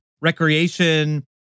recreation